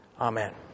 Amen